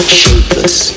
shapeless